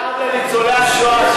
מיליארד לניצולי השואה,